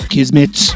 Kismet